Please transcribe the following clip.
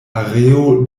areo